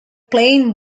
plain